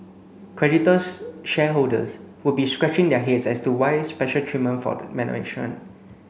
creditors shareholders would be scratching their heads as to why special treatment for the management